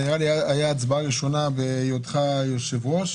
נראה לי שזו הייתה הצבעה ראשונה בהיותך יושב ראש